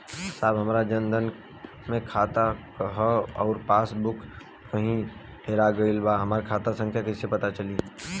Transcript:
साहब हमार जन धन मे खाता ह अउर पास बुक कहीं हेरा गईल बा हमार खाता संख्या कईसे पता चली?